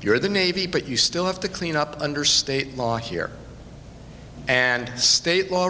you're the navy but you still have to clean up under state law here and state law